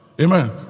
Amen